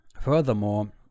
furthermore